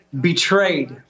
betrayed